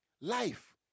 Life